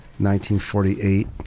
1948